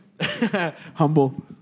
Humble